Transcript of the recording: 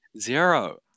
Zero